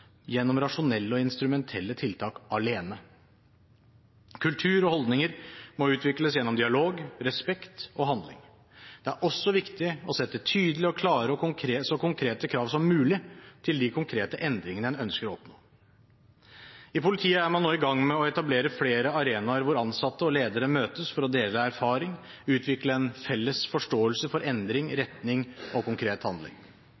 gjennom rasjonelle og instrumentelle tiltak alene. Kultur og holdninger må utvikles gjennom dialog, respekt og handling. Det er også viktig å sette så tydelige, klare og konkrete krav som mulig til de konkrete endringene man ønsker å oppnå. I politiet er man nå i gang med å etablere flere arenaer hvor ansatte og ledere møtes for å dele erfaring og utvikle en felles forståelse for endring, retning og konkret handling.